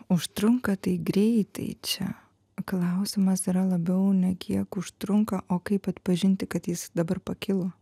užtrunka tai greitai čia klausimas yra labiau ne kiek užtrunka o kaip atpažinti kad jis dabar pakilo